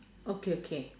okay okay